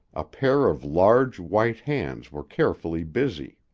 a pair of large, white hands were carefully busy.